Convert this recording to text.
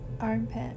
armpit